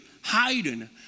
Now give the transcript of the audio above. hiding